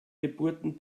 geburten